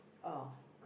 oh